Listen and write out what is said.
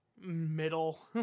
middle